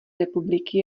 republiky